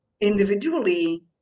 individually